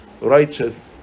righteous